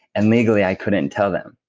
and legally i couldn't tell them.